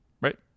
right